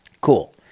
Cool